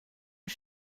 und